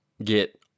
get